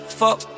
fuck